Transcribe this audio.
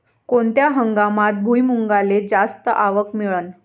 कोनत्या हंगामात भुईमुंगाले जास्त आवक मिळन?